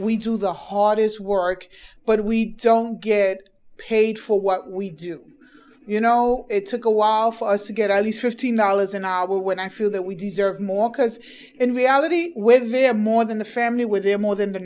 we do the hardest work but we don't get paid for what we do you know it took a while for us to get only fifteen dollars an hour when i feel that we deserve more because in reality when there are more than the family were there more than the